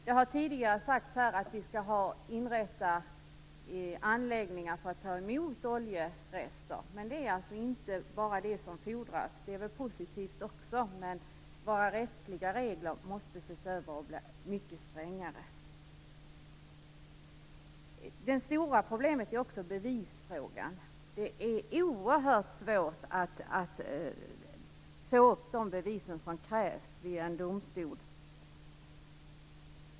Det har tidigare sagts här att vi skall inrätta anläggningar för att ta emot oljerester. Men det är inte bara detta som fordras, även om det är positivt, utan våra rättsliga regler måste ses över och bli mycket strängare. Det stora problemet är bevisfrågan. Det är oerhört svårt att få fram de bevis som krävs vid en domstol.